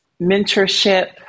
mentorship